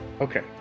Okay